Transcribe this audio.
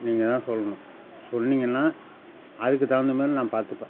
நீங்கள் தான் சொல்லணும் சொன்னீங்கன்னால் அதுக்கு தகுந்த மாதிரி நான் பார்த்துப்பேன்